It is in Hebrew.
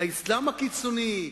האסלאם הקיצוני,